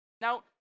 Now